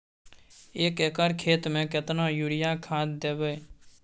एक एकर खेत मे केतना यूरिया खाद दैबे?